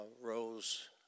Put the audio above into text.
rose